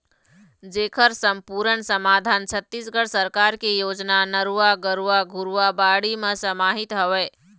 जेखर समपुरन समाधान छत्तीसगढ़ सरकार के योजना नरूवा, गरूवा, घुरूवा, बाड़ी म समाहित हवय